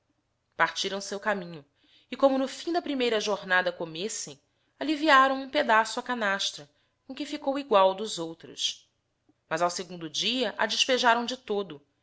partirão seu caminho e como no fim da primeira jornada comessem alliviárão hum pedaço a canastra com que ficou igual dos outros mas ao segundo dia a despejarão de todo